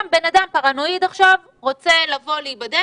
סתם בן אדם פרנואיד עכשיו רוצה לבוא להיבדק,